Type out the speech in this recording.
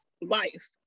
life